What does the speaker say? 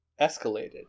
escalated